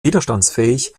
widerstandsfähig